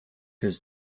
his